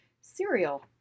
cereal